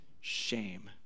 shame